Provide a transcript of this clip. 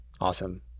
awesome